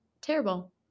terrible